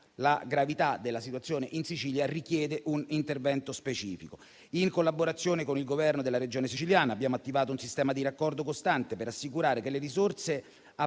La gravità della situazione in Sicilia richiede un intervento specifico. In collaborazione con il Governo della Regione Siciliana, abbiamo attivato un sistema di raccordo costante per assicurare che le risorse approvate,